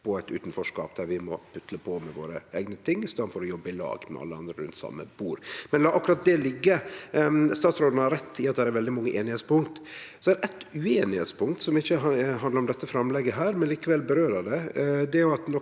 på eit utanforskap der vi må putle på med våre eigne ting i staden for å jobbe i lag med alle andre rundt same bord. La akkurat det liggje. Statsråden har rett i at det er veldig mange einigheitspunkt. Så er det eitt ueinigheitspunkt, som ikkje handlar om dette framlegget her, men som likevel vedkjem det. Det